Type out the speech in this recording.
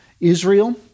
Israel